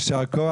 יישר כוח.